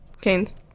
canes